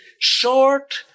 short